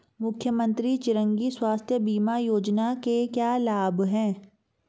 मुख्यमंत्री चिरंजी स्वास्थ्य बीमा योजना के क्या लाभ हैं?